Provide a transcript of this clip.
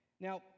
Now